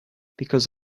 because